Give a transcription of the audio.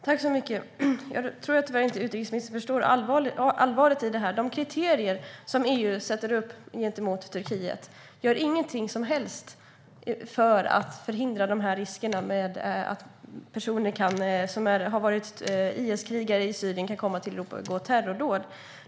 Herr talman! Jag tror inte att utrikesministern förstår allvaret i detta. De kriterier som EU sätter upp för Turkiet gör inget som helst för att förhindra risken för att personer som har varit IS-krigare i Syrien kan komma till Europa och begå terrordåd.